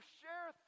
share